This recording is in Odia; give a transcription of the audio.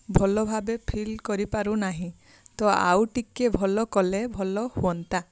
ଭଲ ଭାବେ ଫୀଲ୍ କରିପାରୁ ନାହିଁ ତ ଆଉ ଟିକେ ଭଲ କଲେ ଭଲ ହୁଅନ୍ତା